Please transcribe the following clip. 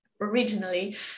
originally